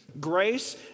Grace